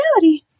reality